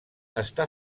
està